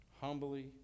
Humbly